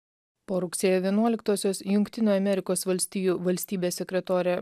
po rugsėjo vienuoliktosios jungtinių amerikos valstijų valstybės sekretorė